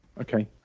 okay